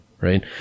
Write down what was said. Right